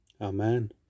Amen